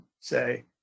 say